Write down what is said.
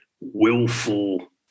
willful